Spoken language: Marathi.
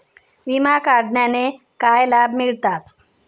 विमा काढण्याचे काय लाभ मिळतात?